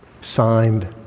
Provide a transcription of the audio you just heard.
Signed